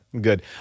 good